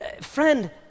Friend